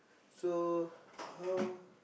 so how